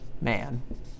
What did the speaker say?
man